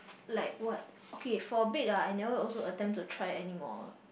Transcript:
like what okay for bake ah I never also attempt to try any more